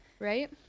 Right